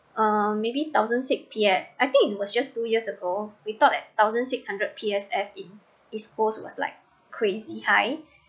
uh maybe thousand six P_S~ I think it was just two years ago we thought thousand six hundred P_S_F in is east coast was like crazy high